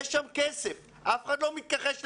יש שם כסף, אף אחד לא מתכחש לזה,